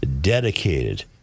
dedicated